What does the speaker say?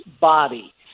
body